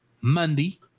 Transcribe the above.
Monday